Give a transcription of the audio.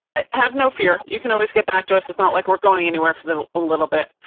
i have no fear. you can always get back to us. it's not like we're going anywhere for the a little bit.